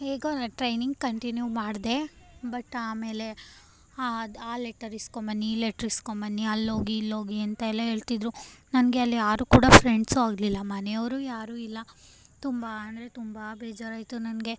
ಹೇಗೋ ನಾನು training continue ಮಾಡಿದೆ ಬಟ್ ಆಮೇಲೆ ಅದು ಆ ಲೆಟರ್ ಇಸ್ಕೊಂಬನ್ನಿ ಈ ಲೆಟ್ರ್ ಇಸ್ಕೊಂಬನ್ನಿ ಅಲ್ಲೋಗಿ ಇಲ್ಲೋಗಿ ಅಂತ ಎಲ್ಲ ಹೇಳ್ತಿದ್ರು ನನಗೆ ಅಲ್ಲಿ ಯಾರೂ ಕೂಡ ಫ್ರೆಂಡ್ಸೂ ಆಗಲಿಲ್ಲ ಮನೆಯವರೂ ಯಾರೂ ಇಲ್ಲ ತುಂಬ ಅಂದರೆ ತುಂಬ ಬೇಜಾರಾಯಿತು ನನಗೆ